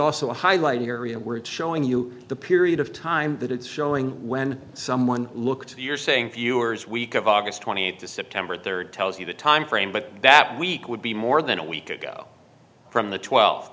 also highlighted area where it's showing you the period of time that it's showing when someone looked you're saying viewers week of august twenty eighth to september third tells you the timeframe but that week would be more than a week ago from the twel